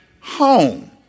home